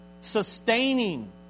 sustaining